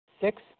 Six